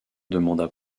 demanda